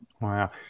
Wow